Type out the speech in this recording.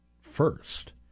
first